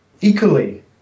equally